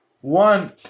One